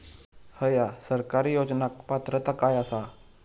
हया सरकारी योजनाक पात्रता काय आसा?